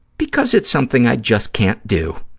because it's something i just can't do.